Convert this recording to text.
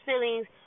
feelings